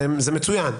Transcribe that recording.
זה מצוין,